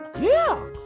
yeah!